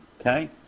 Okay